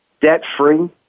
debt-free